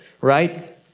right